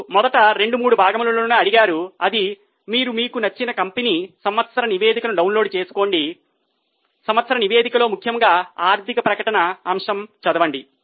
మీరు మొదట 2 3 భాగములలోనే అడిగారు అది మీరు మీకు నచ్చిన కంపెనీ సంవత్సర నివేదిక డౌన్లోడ్ చేసుకోండి సంవత్సర నివేదికలో ముఖ్యముగా ఆర్థిక ప్రకటన అంశం చదవండి